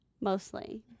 Mostly